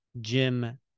jim